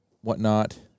whatnot